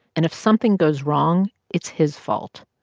and if something goes wrong, it's his fault.